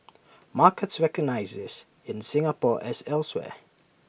markets recognise this in Singapore as elsewhere